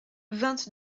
vingt